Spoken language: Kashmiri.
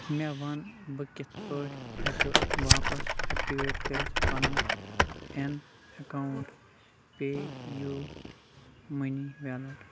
مےٚ وَن بہٕ کِتھٕ پٲٹھۍ ہٮ۪کہٕ واپس اٮ۪کٹِویٹ کٔرِتھ پنُن اٮ۪ن account PayU money wallet